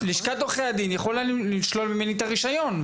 לשכת עורכי הדין יכולה לשלול ממני את הרישיון,